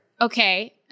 Okay